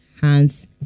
Hands